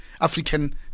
African